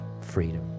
freedom